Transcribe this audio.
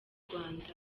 rwanda